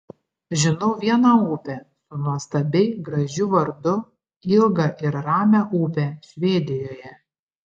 žinau vieną upę su nuostabiai gražiu vardu ilgą ir ramią upę švedijoje